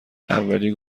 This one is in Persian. اولی